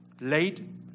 Late